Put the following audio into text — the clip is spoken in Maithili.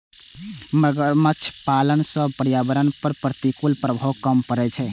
मगरमच्छ पालन सं पर्यावरण पर प्रतिकूल प्रभाव कम पड़ै छै